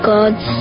God's